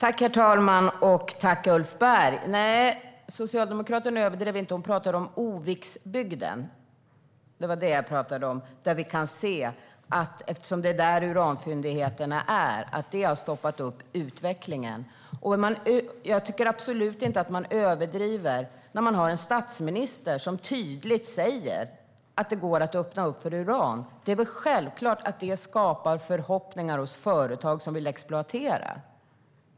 Herr talman! Nej, socialdemokraten överdrev inte, utan hon pratade om Oviksbygden. Det var det jag pratade om. Vi kan se, eftersom det är där uranfyndigheterna finns, att det här har stoppat upp utvecklingen. Jag tycker absolut inte att man överdriver när man har en statsminister som tydligt säger att det går att öppna upp för uran. Det är väl självklart att det skapar förhoppningar hos företag som vill exploatera.